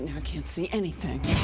ah ah can't see anything.